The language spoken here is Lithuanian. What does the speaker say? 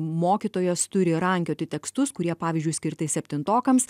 mokytojas turi rankioti tekstus kurie pavyzdžiui skirti septintokams